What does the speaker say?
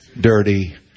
dirty